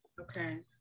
Okay